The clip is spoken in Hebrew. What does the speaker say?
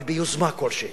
אבל ביוזמה כלשהי.